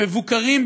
מבוקרים,